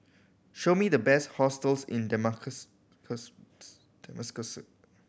show me the best hotels in Damascus